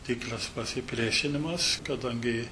tikras pasipriešinimas kadangi